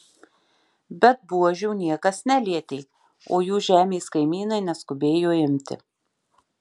bet buožių niekas nelietė o jų žemės kaimynai neskubėjo imti